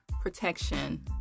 protection